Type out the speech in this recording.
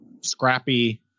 scrappy